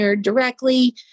directly